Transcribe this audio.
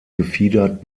gefiedert